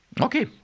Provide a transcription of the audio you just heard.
okay